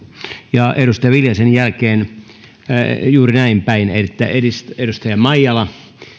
ja edustaja viljasen jälkeen juuri näin päin edustaja maijala